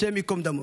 השם ייקום דמו,